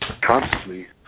constantly